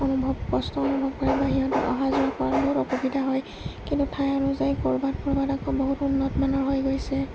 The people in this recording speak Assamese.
অনুভৱ কষ্ট অনুভৱ কৰে বা সিহঁতক অহা যোৱাৰ পোৱাৰ বহুত অসুবিধা হয় কিন্তু ঠাই অনুযায়ী ক'ৰবাত ক'ৰবাত আকৌ বহুত উন্নতমানৰ হৈ গৈছে